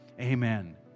amen